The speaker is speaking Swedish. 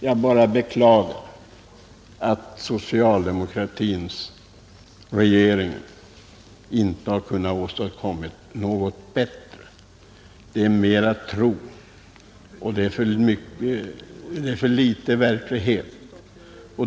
Jag beklagar att den socialdemokratiska regeringen inte har kunnat åstadkomma ett bättre förslag. Det föreliggande bygger för mycket på tro och för litet på verklighet.